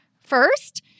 first